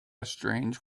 strange